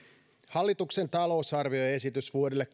hallituksen talousarvioesitys vuodelle